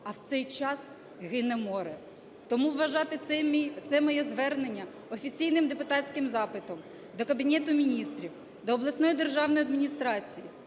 А в цей час гине море. Тому вважати це моє звернення офіційним депутатським запитом до Кабінету Міністрів, до обласної державної адміністрації,